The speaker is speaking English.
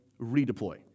redeploy